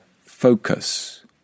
focus